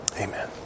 Amen